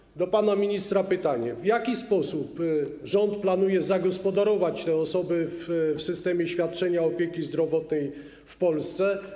Pytanie do pana ministra: W jaki sposób rząd planuje zagospodarować te osoby w systemie świadczenia opieki zdrowotnej w Polsce?